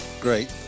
great